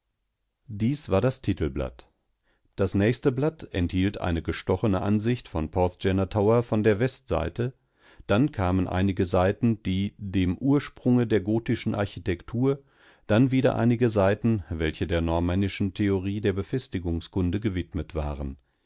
dies war das titelblatt das nächste blatt enthielt eine gestochene ansicht von porthgenna tower von der westseite dann kamen einige seiten die dem ursprunge der gotischen architektur dann wieder einige seiten welche der normännischen theorie der befestigungskunde gewidmet waren